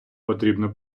потрібно